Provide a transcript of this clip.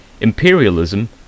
Imperialism